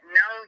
no